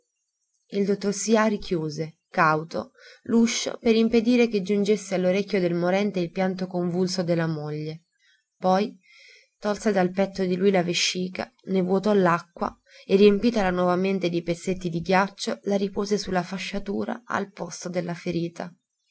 il dottor sià richiuse cauto l'uscio per impedire che giungesse all'orecchio del morente il pianto convulso della moglie poi tolse dal petto di lui la vescica ne vuotò l'acqua e riempitala novamente di pezzetti di ghiaccio la ripose su la fasciatura al posto della ferita